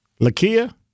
Lakia